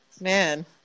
Man